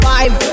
Five